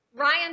Ryan